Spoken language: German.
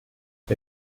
bei